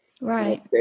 Right